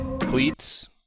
cleats